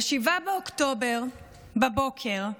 ב-7 באוקטובר בבוקר,